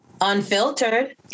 unfiltered